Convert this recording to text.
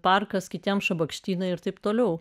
parkas kitiems šabakštynai ir taip toliau